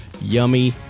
Yummy